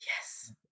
yes